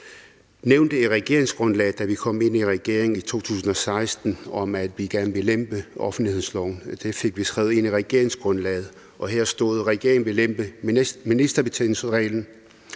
nævnt i regeringsgrundlaget, da vi kom ind i regeringen i 2016, at vi gerne ville lempe offentlighedsloven. Det fik vi skrevet ind i regeringsgrundlaget. Her stod der, at regeringen ville »lempe ministerbetjeningsreglens